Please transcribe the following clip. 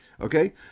Okay